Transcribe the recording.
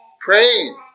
praying